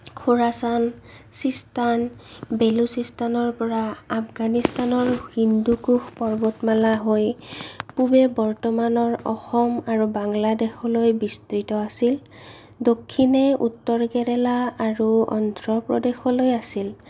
ঘোৰাচাল বেলুচিষ্টানৰ পৰা আফগানিস্তানৰ হিন্দুকোষ পৰ্বতমালা হৈ পূবে বৰ্তমানৰ অসম আৰু বাংলাদেশলৈ বিস্তৃত আছিল দক্ষিণে উত্তৰ কেৰেলা আৰু অন্ধ্ৰপ্ৰদেশলৈ আছিল